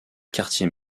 quartier